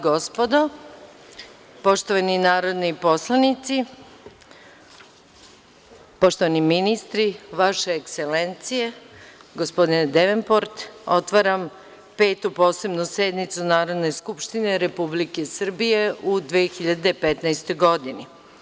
gospodo, poštovani narodni poslanici, poštovani ministri, vaše Ekselencije, gospodine Devenport, otvaram Petu posebnu sednicu Narodne skupštine Republike Srbije u 2015. godini.